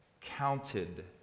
counted